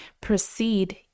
proceed